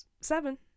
Seven